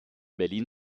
berlin